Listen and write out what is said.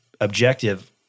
objective